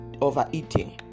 overeating